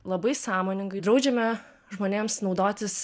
labai sąmoningai draudžiame žmonėms naudotis